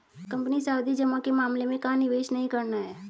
Company सावधि जमा के मामले में कहाँ निवेश नहीं करना है?